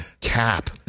Cap